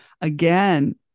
again